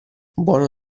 buono